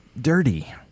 dirty